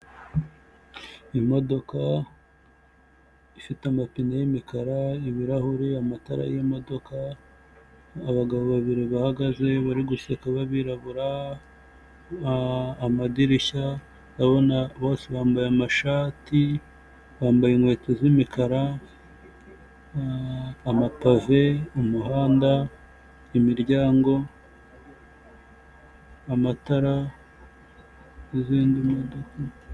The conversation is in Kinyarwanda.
Imodoka ifite amapine y'imikara, ibirahure, amatara y'imodoka abagabo babiri bahagaze bari guseka b'abirabura amadirishya ndabona bambaye amashati bambaye inkweto z'imikara, amapave, umuhanda, imiryango, amatara n'izindi modoka.